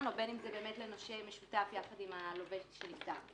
ובין אם זה לנושה משותף יחד עם הלווה שנפטר.